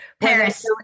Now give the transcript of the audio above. Paris